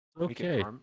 Okay